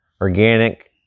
organic